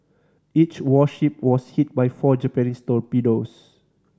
each warship was hit by four Japanese torpedoes